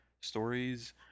stories